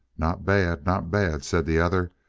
not bad, not bad, said the other.